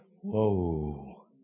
Whoa